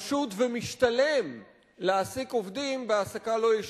פשוט ומשתלם להעסיק עובדים בהעסקה לא ישירה,